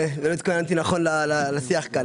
לא על העלאת שכר הבכירים,